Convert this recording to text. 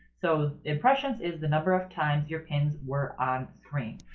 so impressions is the number of times your pins were on screen.